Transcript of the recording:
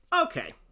Okay